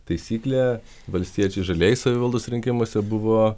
taisyklė valstiečiai žalieji savivaldos rinkimuose buvo